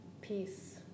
peace